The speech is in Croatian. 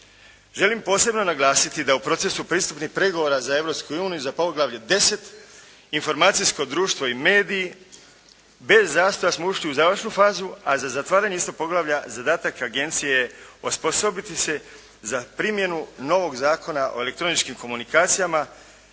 Želim posebno naglasiti da u procesu pristupnih pregovora za Europsku uniju za poglavlje 10. Informacijsko društvo i mediji bez zastoja smo ušli u završnu fazu, a za zatvaranje istoga poglavlja zadatak agencije je osposobiti se za primjenu novog zakona o elektroničkim komunikacijama